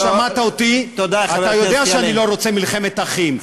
אם שמעת אותי אתה יודע שאני לא רוצה מלחמת אחים.